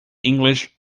english